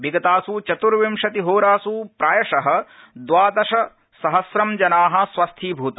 विगतास् चतुर्विंशतिहोरास् प्रायश द्वादश सहस्रं जना स्वस्थीभूता